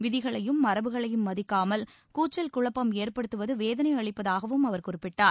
விதிகளையும் மரபுகளையும் மதிக்காமல் கூச்சல் குழப்பம் ஏற்படுத்துவது வேதனை அளிப்பதாகவும் அவர் குறிப்பிட்டார்